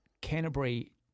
Canterbury